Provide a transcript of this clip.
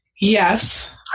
yes